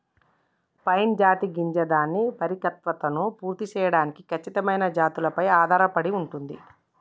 pine జాతి గింజ దాని పరిపక్వతను పూర్తి సేయడానికి ఖచ్చితమైన జాతులపై ఆధారపడి ఉంటుంది